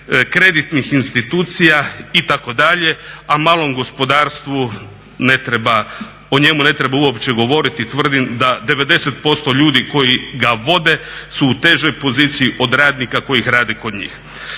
kreditnih institucija itd., a o malom gospodarstvu ne treba uopće govoriti, tvrdim da 90% ljudi koji ga vode su u težoj poziciji od radnika koji rade kod njih.